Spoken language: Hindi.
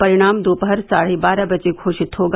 परिणाम दोपहर साढ़े बारह बजे घोषित होगा